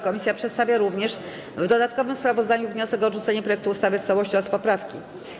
Komisja przedstawia również w dodatkowym sprawozdaniu wniosek o odrzucenie projektu ustawy w całości oraz poprawki.